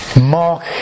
mark